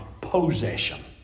possession